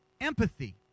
empathy